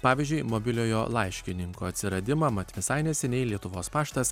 pavyzdžiui mobiliojo laiškininko atsiradimą mat visai neseniai lietuvos paštas